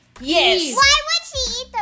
Yes